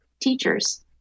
teachers